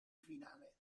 finale